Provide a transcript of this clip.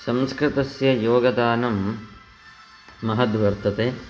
संस्कृतस्य योगदानं महद्वर्तते